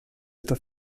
esta